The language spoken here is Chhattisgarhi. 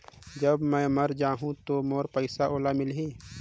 जब मै मर जाहूं तो मोर पइसा ओला मिली?